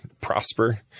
prosper